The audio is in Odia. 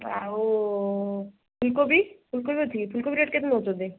ଆଉ ଫୁଲ କୋବି ଫୁଲ କୋବି ଅଛିକି ଫୁଲ କୋବି ରେଟ୍ କେତେ ନେଉଛନ୍ତି